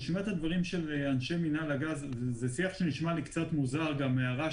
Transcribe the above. של אנשי מינהל הגז, זה נשמע לי קצת מוזר.